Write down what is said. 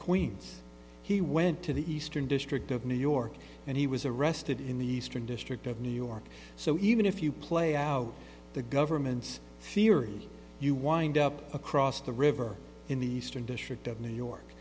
queens he went to the eastern district of new york and he was arrested in the eastern district of new york so even if you play out the government's theory you wind up across the river in the eastern district of new